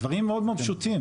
הדברים מאוד פשוטים.